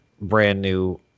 brand-new